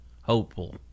hopeful